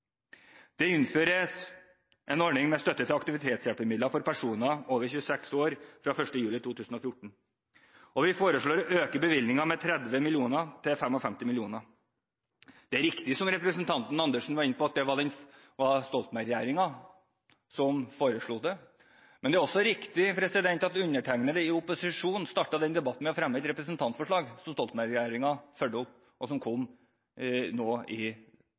Det innføres en ordning med støtte til aktivitetshjelpemidler for personer over 26 år fra 1. juli 2014, og vi foreslår å øke bevilgningene med 30 mill. kr – til 55. mill. kr. Det er riktig som representanten Andersen var inne på, at det var Stoltenberg-regjeringen som foreslo dette, men det er også riktig at undertegnede i opposisjon startet den debatten med å fremme et representantforslag, som Stoltenberg-regjeringen fulgte opp, og som kom nå i